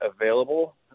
available